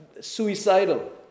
suicidal